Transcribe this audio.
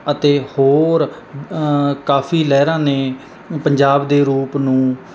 ਅਤੇ ਹੋਰ ਕਾਫੀ ਲਹਿਰਾਂ ਨੇ ਪੰਜਾਬ ਦੇ ਰੂਪ ਨੂੰ